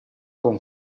con